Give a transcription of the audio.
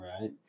Right